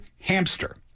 hamster